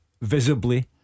visibly